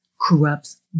corrupts